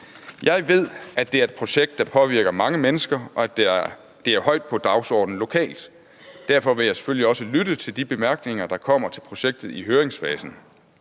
Jeg ved, at det er et projekt, der påvirker mange mennesker, og at det er højt på dagsordenen lokalt. Derfor vil jeg selvfølgelig også lytte til de bemærkninger, der kommer til projektet i høringsfasen.